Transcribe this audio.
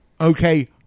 okay